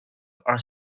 are